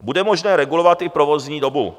Bude možné regulovat i provozní dobu.